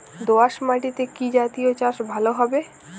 দোয়াশ মাটিতে কি জাতীয় চাষ ভালো হবে?